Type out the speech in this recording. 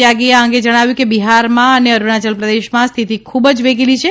ત્યાગીએ આ અંગે જણાવ્યું કે બિહારમાં અને અરૂણાયલ પ્રદેશમાં સ્થિતિ ખૂબ જ વેગીલી છે